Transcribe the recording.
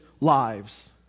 lives